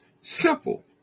simple